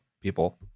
people